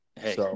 Hey